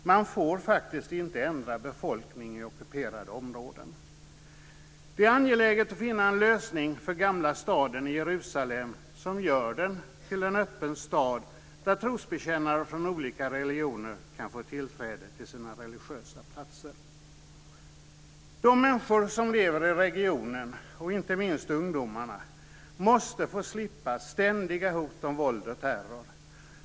Man får faktiskt inte ändra befolkning i ockuperade områden. Det är angeläget att finna en lösning för Gamla staden i Jerusalem, som gör den till en öppen stad, där trosbekännare från olika religioner kan få tillträde till sina religiösa platser. De människor som lever i regionen - inte minst ungdomarna - måste få slippa ständiga hot om våld och terror.